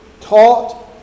taught